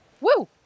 Woo